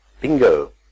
bingo